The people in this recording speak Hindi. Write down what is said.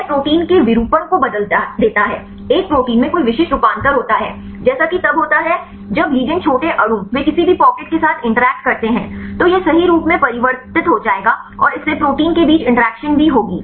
यह प्रोटीन के विरूपण को बदल देता है एक प्रोटीन में कोई विशिष्ट रूपांतर होता है जैसा कि तब होता है जब लिगंड छोटे अणु वे किसी भी पॉकेट के साथ इंटरैक्ट करते हैं तो यह सही रूप में परिवर्तित हो जाएगा और इससे प्रोटीन के बीच इंटरेक्शन भी होगी